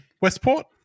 Westport